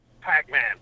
pac-man